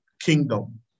kingdom